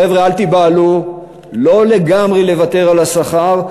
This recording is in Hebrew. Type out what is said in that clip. חבר'ה, אל תיבהלו לא לגמרי לוותר על השכר.